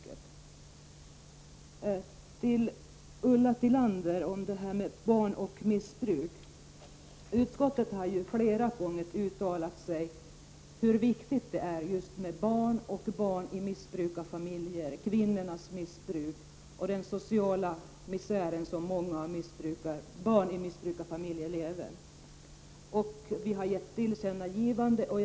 Så några ord till Ulla Tillander beträffande barn som lever bland missbrukare. Utskottet har flera gånger uttalat hur viktigt det är att uppmärksamma barn i missbrukarfamiljer. Det gäller kvinnornas missbruk och den sociala misär som barn i missbrukarfamiljer lever i. Riksdagen har gjort ett tillkännandegivande till regeringen.